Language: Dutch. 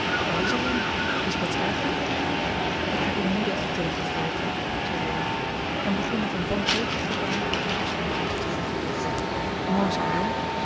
wat is er jo is bets erger ik heb om moeder getelegrafeerd zei jo en begon met een wanhopig gebaar haar overschoenen uit te trekken mooi zoo jo